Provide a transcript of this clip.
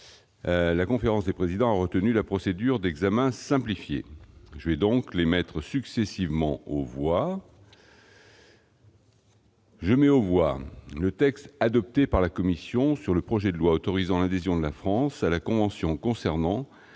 la conférence des présidents a retenu la procédure d'examen simplifié. Je vais donc les mettre successivement aux voix. Je mets aux voix le texte adopté par la commission sur le projet de loi autorisant l'adhésion de la France à la convention concernant